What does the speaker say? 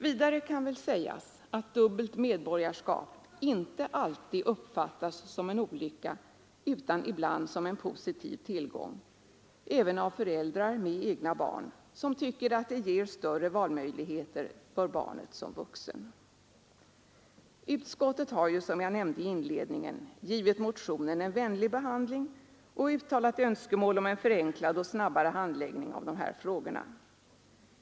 Vidare kan sägas att dubbelt medborgarskap inte alltid uppfattas som en olycka utan ibland som en positiv tillgång, även av föräldrar med egna barn, som tycker att det ger fler valmöjligheter för barnet som vuxen. Utskottet har, som jag nämnde i inledningen, givit motionen en vänlig behandling och uttalat önskemål om en förenklad och snabbare handläggning av dessa frågor.